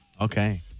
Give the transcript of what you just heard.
Okay